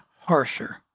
harsher